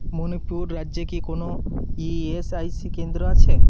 মণিপুর রাজ্যে কি কোনও ইএসআইসি কেন্দ্র আছে